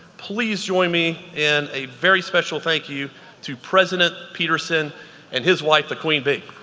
please join me in a very special thank you to president peterson and his wife, the queen bee.